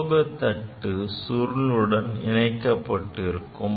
உலோகத் தட்டு சுருளுடன் இணைக்கப்பட்டிருக்கும்